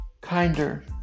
kinder